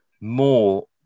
more